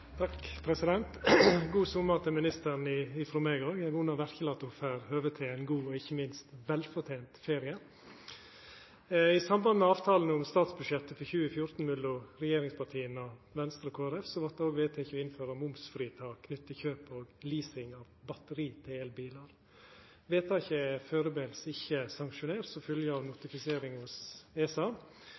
og – ikkje minst – velfortent ferie. I samband med avtalen om statsbudsjettet for 2014 mellom regjeringspartia, Venstre og Kristeleg Folkeparti vart det òg vedteke å innføra momsfritak knytt til kjøp og leasing av batteri til elbilar. Vedtaket er førebels ikkje sanksjonert som følgje av notifisering hos ESA.